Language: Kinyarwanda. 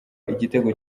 igitego